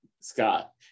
Scott